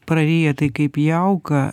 praryja tai kaip jauką